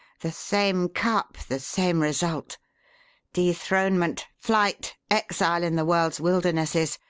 the same cup, the same result dethronement, flight, exile in the world's wildernesses,